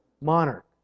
monarch